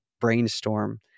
brainstorm